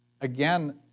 Again